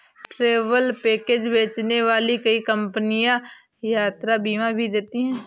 travel package बेचने वाली कई कंपनियां यात्रा बीमा भी देती हैं